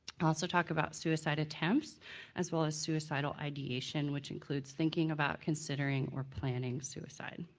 also talk about suicide attempts as well as suicidal ideation which includes thinking about, considering or planning suicide.